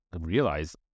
realize